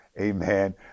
Amen